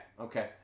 Okay